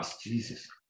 Jesus